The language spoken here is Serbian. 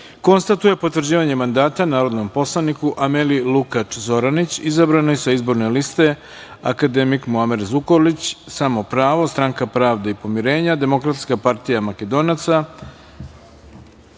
konstatuje potvrđivanje mandata narodnom poslaniku Ameli Lukač Zoranić, izabranoj sa Izborne liste „Akademik Muamer Zukorlić – Samo pravo – Stranka pravde i pomirenja – Demokratska partija Makedonaca“.Na